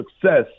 success